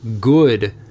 good